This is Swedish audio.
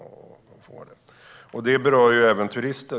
Ett sådant förslag berör ju även turister.